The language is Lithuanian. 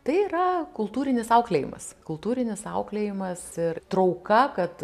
tai yra kultūrinis auklėjimas kultūrinis auklėjimas ir trauka kad